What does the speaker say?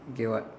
okay what